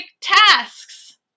tasks